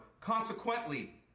Consequently